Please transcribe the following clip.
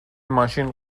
ماشین